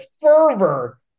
fervor